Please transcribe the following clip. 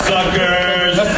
Suckers